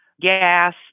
gas